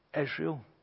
Israel